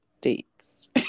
dates